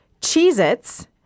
Cheez-Its